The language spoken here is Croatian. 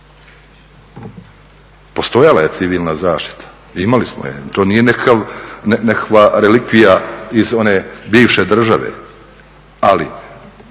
Postojala je civilna zaštita, imali smo je, to je nikakva relikvija iz one bivše države, ali